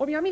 Om jag